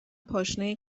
پاشنه